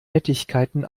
nettigkeiten